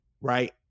right